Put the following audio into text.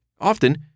Often